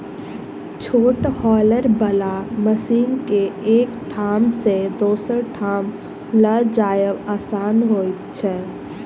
छोट हौलर बला मशीन के एक ठाम सॅ दोसर ठाम ल जायब आसान होइत छै